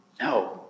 No